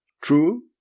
True